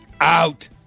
out